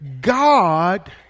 God